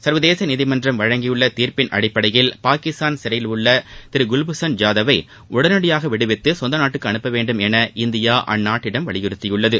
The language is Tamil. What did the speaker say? சர்வதேச நீதிமன்றம் வழங்கியுள்ள தீர்ப்பின் அடிப்படையில் பாகிஸ்தான் சிறையில் உள்ள திரு குல்பூஷன் ஜாதவை உடனடியாக விடுவித்து சொந்த நாட்டுக்கு அனுப்பவேண்டும் என இந்தியா அந்நாட்டிடம் வலியுறுத்தியுள்ளது